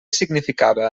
significava